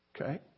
Okay